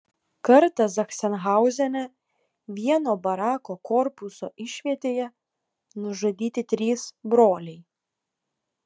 kartą zachsenhauzene vieno barako korpuso išvietėje nužudyti trys broliai